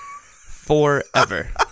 forever